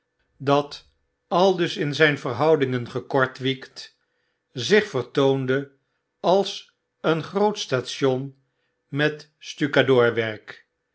dat aldus in zyn verhoudingen gekortwiekt zich vertoonde als een groot station met stukadoorwerk